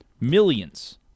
Millions